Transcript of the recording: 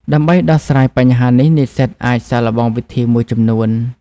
ដើម្បីដោះស្រាយបញ្ហានេះ និស្សិតអាចសាកល្បងវិធីមួយចំនួន។